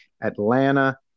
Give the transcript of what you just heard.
atlanta